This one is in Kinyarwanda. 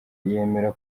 yemera